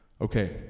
Okay